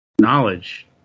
knowledge